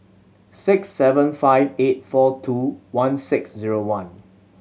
six seven five eight four two one six zero one